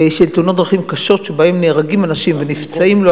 של תאונות דרכים קשות שבהן נהרגים אנשים ונפצעים,